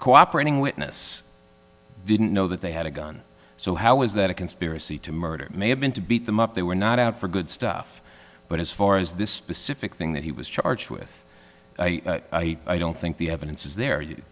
cooperating witness didn't know that they had a gun so how is that a conspiracy to murder may have been to beat them up they were not out for good stuff but as far as the specific thing that he was charged with i don't think the evidence is there